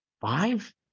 five